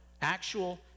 actual